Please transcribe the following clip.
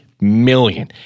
Million